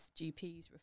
GPs